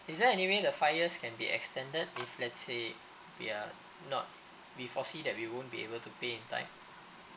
is there any way the fires can be extended if let's say they're not we foresee that we won't be able to pay in time